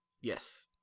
yes